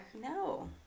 No